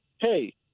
hey